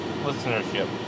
listenership